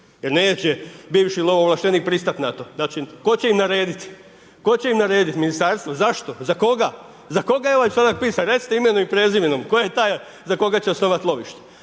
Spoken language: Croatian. Jer neće bivši lovovlaštenik pristati na to. Tko će im narediti? Ministarstvo? Zašto? Za koga? Za koga je ovaj članak pisan, recite mi imenom i prezimenom, tko je taj za koga će osnovati lovište?